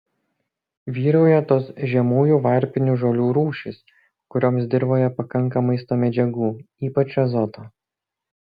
vyrauja tos žemųjų varpinių žolių rūšys kurioms dirvoje pakanka maisto medžiagų ypač azoto